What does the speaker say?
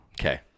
Okay